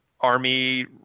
army